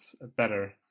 better